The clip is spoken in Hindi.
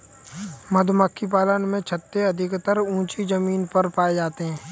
मधुमक्खी पालन में छत्ते अधिकतर ऊँची जमीन पर पाए जाते हैं